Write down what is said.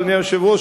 אדוני היושב-ראש,